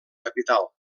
capital